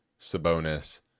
Sabonis